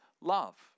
love